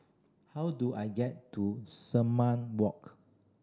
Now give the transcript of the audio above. how do I get to Walk